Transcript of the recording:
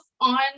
on